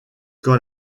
quand